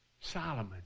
Solomon